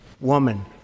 woman